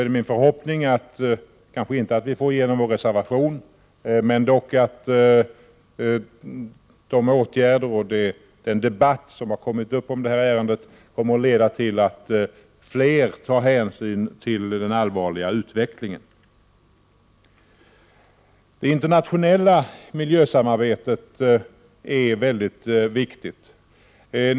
Det är min förhoppning, kanske inte att vi får igenom vår reservation men att den debatt som kommit till stånd i det här ärendet skall leda till att fler tar hänsyn till den allvarliga utvecklingen. Det internationella miljösamarbetet är mycket viktigt.